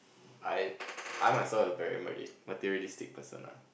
I I myself is a very mari~ materialistic person ah